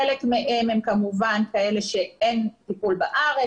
חלק מהם הם כמובן כאלה שאין טיפול בארץ,